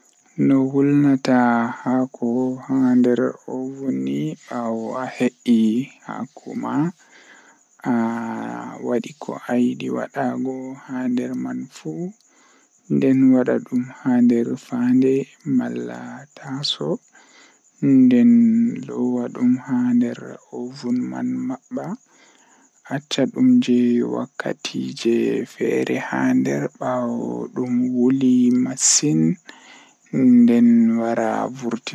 Ngam njiddaade saytuɗi e nguurndam, Jokkondir saytuɗi ngoni haɓe e kaddi moƴƴaare, Waɗe e noone moƴƴere cauliflower, Carotte, E bundi. Heɓe ndiyam e cadoɓe olive oil, Bawdi, Garlic, Cumin, e lemon. Walla njiɗir nder ɓandu e cadoɓe kadi ɗoɓɓe njiddaade saytuɗi.